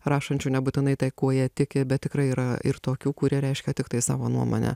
rašančių nebūtinai tai kuo jie tiki bet tikrai yra ir tokių kurie reiškia tiktai savo nuomonę